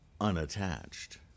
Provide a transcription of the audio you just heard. unattached